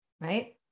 right